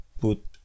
put